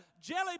jelly